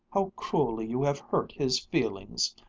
how cruelly you have hurt his feelings!